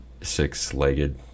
six-legged